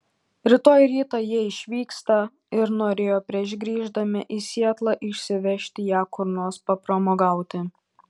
rytoj rytą jie išvyksta ir norėjo prieš grįždami į sietlą išsivežti ją kur nors papramogauti